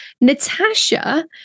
Natasha